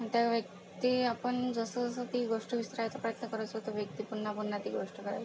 त्या व्यक्ती आपण जसं सं ती गोष्ट विसरायचा प्रयत्न करत असतो तो व्यक्ती पुन्हा पुन्हा ती गोष्ट करायचा